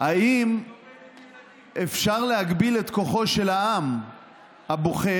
האם אפשר להגביל את כוחו של העם הבוחר